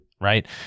Right